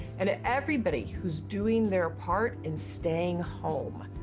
and ah everybody who's doing their part and staying home.